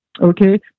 Okay